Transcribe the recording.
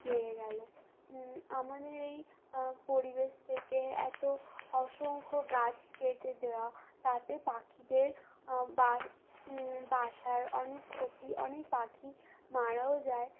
বেড়ে গেলো আমাদের এই পরিবেশ থেকে এত অসংখ্য গাছ কেটে দেওয়া তাতে পাখিদের বা বাসার অনেক ক্ষতি অনেক পাখি মারাও যায়